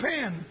pen